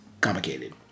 complicated